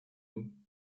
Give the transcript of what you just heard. nous